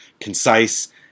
concise